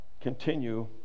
continue